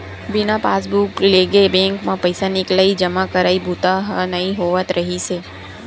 बिना पासबूक लेगे बेंक म पइसा निकलई, जमा करई बूता ह नइ होवत रिहिस हे